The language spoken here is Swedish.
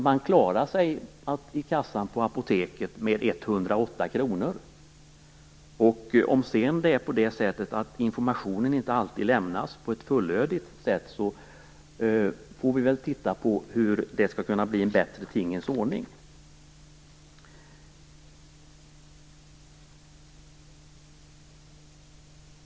Man klarar sig i kassan på apoteket med 108 kronor. Om det sedan är så att information inte alltid lämnas på ett fullödigt sätt, får vi väl titta närmare på hur det skall kunna bli en bättre tingens ordning.